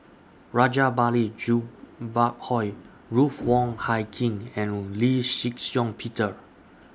Rajabali Jumabhoy Ruth Wong Hie King and Lee Shih Shiong Peter